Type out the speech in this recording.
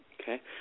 Okay